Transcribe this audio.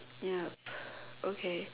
yup okay